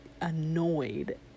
annoyed